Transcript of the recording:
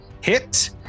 hit